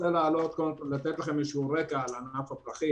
רוצה לתת לכם קודם איזה רקע על ענף הפרחים.